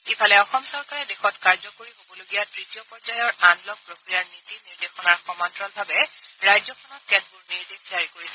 ইফালে অসম চৰকাৰে দেশত কাৰ্যকৰী হবলগীয়া তৃতীয় পৰ্যায়ৰ আনলক প্ৰক্ৰিয়াৰ নীতি নিৰ্দেশনাৰ সমান্তৰালভাৱে ৰাজ্যখনত কেতবোৰ নিৰ্দেশ জাৰি কৰিছে